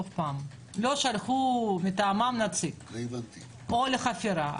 רשות העתיקות לא שלחו מטעמם נציג או לחפירה,